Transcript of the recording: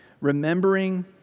Remembering